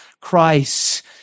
Christ